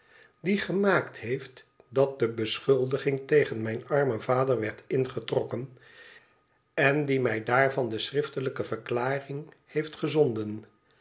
die gemaakt heeft dat de beschuldiging tegen mijn annen vader werd ingetrokken en die mij daarvan de schriftelijke verklaring heeft gezonden